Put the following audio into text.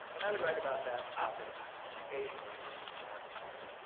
and i would write about that topic occasionally in america magazine,